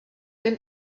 ten